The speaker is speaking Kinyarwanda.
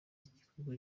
igikorwa